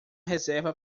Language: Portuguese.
reserva